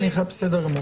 בסדר.